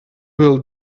will